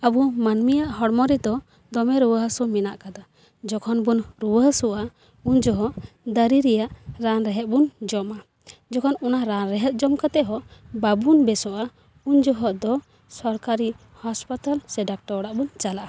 ᱟᱵᱚ ᱢᱟᱹᱱᱢᱤᱭᱟᱜ ᱦᱚᱲᱢᱚ ᱨᱮᱫᱚ ᱫᱚᱢᱮ ᱨᱩᱣᱟᱹ ᱦᱟᱹᱥᱩ ᱢᱮᱱᱟᱜ ᱟᱠᱟᱫᱟ ᱡᱚᱠᱷᱚᱱ ᱵᱚᱱ ᱨᱩᱣᱟᱹ ᱦᱟᱹᱥᱩᱜᱼᱟ ᱩᱱ ᱡᱚᱠᱷᱮᱡ ᱫᱟᱨᱮ ᱨᱮᱭᱟᱜ ᱨᱟᱱ ᱨᱮᱦᱮᱫ ᱵᱚᱱ ᱡᱚᱢᱟ ᱡᱚᱠᱷᱚᱱ ᱚᱱᱟ ᱨᱟᱱ ᱨᱮᱦᱮᱫ ᱡᱚᱢ ᱠᱟᱛᱮᱫ ᱦᱚᱸ ᱵᱟᱵᱚᱱ ᱵᱮᱥᱚᱜᱼᱟ ᱩᱱ ᱡᱚᱠᱷᱮᱡ ᱫᱚ ᱥᱚᱨᱠᱟᱨᱤ ᱦᱟᱥᱯᱟᱛᱟ ᱥᱮ ᱰᱟᱠᱛᱟᱨ ᱚᱲᱟᱜ ᱵᱚ ᱪᱟᱞᱟᱜᱼᱟ